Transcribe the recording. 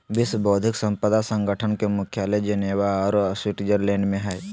विश्व बौद्धिक संपदा संगठन के मुख्यालय जिनेवा औरो स्विटजरलैंड में हइ